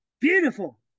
beautiful